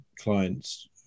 clients